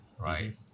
right